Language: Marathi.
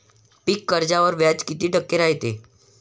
पीक कर्जावर व्याज किती टक्के रायते?